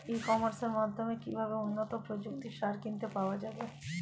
ই কমার্সের মাধ্যমে কিভাবে উন্নত প্রযুক্তির সার কিনতে পাওয়া যাবে?